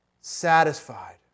satisfied